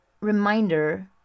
reminder